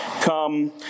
come